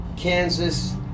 Kansas